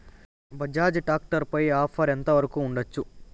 Bajaj tractor పై offer ఎంత వరకు ఉండచ్చు?